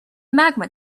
magma